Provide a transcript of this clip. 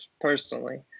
personally